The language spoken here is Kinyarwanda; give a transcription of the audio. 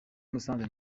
musanze